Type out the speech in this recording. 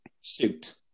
suit